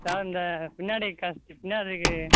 sir இந்த பின்னாடி க பின்னாடிருக்கு